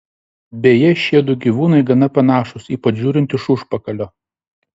beje šiedu gyvūnai gana panašūs ypač žiūrint iš užpakalio